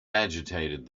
agitated